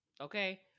Okay